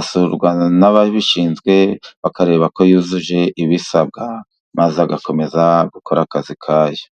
asurwa n'ababishinzwe bakareba ko yujuje ibisabwa, maze agakomeza gukora akazi kayo.